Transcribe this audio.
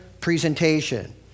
presentation